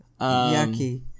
Yucky